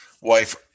wife